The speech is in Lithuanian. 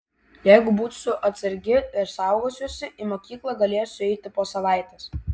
jeigu būsiu atsargi ir saugosiuosi į mokyklą galėsiu eiti po savaitės